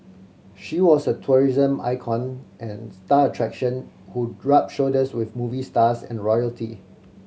she was a tourism icon and star attraction who rubbed shoulders with movie stars and royalty